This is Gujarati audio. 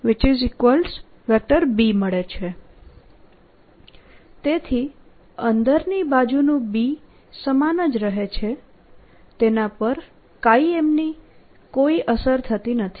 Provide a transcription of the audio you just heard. તેથી અંદરની બાજુનું B સમાન જ રહે છે તેના પર M ની કોઈ અસર થતી નથી